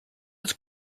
its